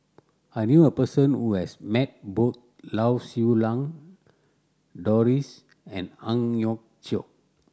I knew a person who has met both Lau Siew Lang Doris and Ang Hiong Chiok